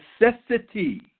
necessity